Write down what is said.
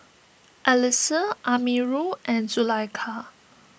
Alyssa Amirul and Zulaikha